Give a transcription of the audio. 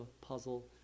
puzzle